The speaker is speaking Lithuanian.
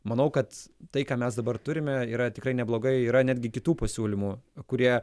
manau kad tai ką mes dabar turime yra tikrai neblogai yra netgi kitų pasiūlymų kurie